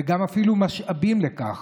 וגם אפילו משאבים לכך,